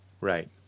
Right